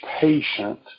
patient